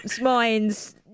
minds